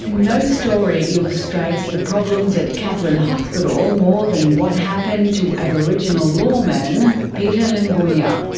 no story illustrates the problems at katherine hospital more than what happened to aboriginal lawman peter limbunya.